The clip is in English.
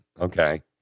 okay